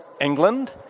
England